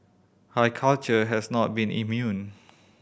high culture has not been immune